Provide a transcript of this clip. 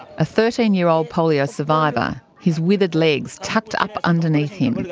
a thirteen year old polio survivor, his withered legs tucked up underneath him.